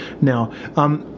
now